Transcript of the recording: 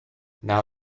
now